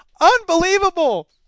Unbelievable